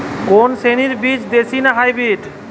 কোন শ্রেণীর বীজ দেশী না হাইব্রিড?